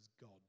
God